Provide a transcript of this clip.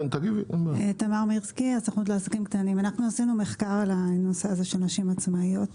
אנחנו עשינו מחקר על הנושא של נשים עצמאיות,